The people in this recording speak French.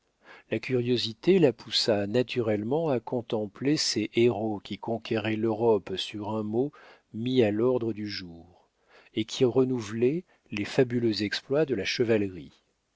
la curiosité la poussa naturellement à contempler ces héros qui conquéraient l'europe sur un mot mis à l'ordre du jour et qui renouvelaient les fabuleux exploits de la chevalerie